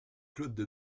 claude